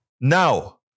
Now